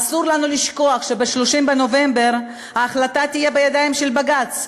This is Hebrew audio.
אסור לנו לשכוח שב-30 בנובמבר ההחלטה תהיה בידיים של בג"ץ,